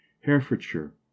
Herefordshire